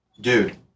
Dude